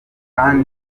kand